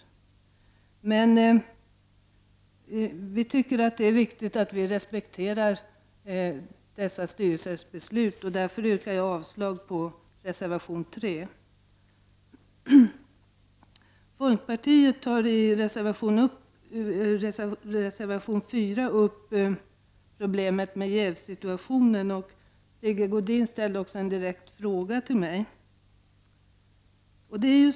Vi i majoriteten tycker att det är viktigt att respektera dessa styrelsers beslut, och därför yrkar jag avslag på reservation 3. Folkpartiet tar i reservation 4 upp problemet med jävssituationer, och Sigge Godin ställde en direkt fråga till mig.